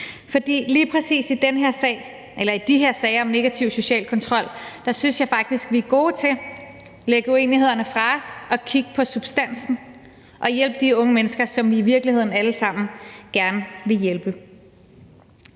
for lige præcis i de her sager om negativ social kontrol synes jeg faktisk, at vi er gode til at lægge uenighederne fra os og kigge på substansen – og hjælpe de unge mennesker, som vi i virkeligheden alle sammen gerne vil hjælpe.